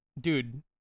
dude